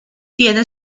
tiene